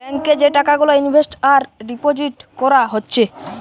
bank এ যে টাকা গুলা ইনভেস্ট আর ডিপোজিট কোরা হচ্ছে